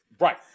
Right